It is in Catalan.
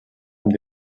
amb